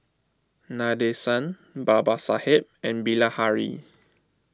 Nadesan Babasaheb and Bilahari